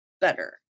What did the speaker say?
better